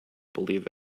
believe